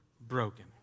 broken